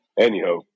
Anyhow